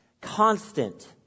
constant